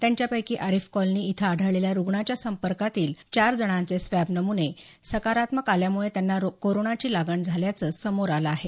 त्यांच्यापैकी आरिफ कॉलनी येथे आढळलेल्या रुग्णाच्या संपर्कातील चार जणांचे स्वॅब नम्ने सकारात्मक आल्यामुळे त्यांना कोरोनाची लागण झाल्याचं समोर आलं आहे